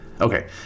Okay